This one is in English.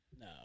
No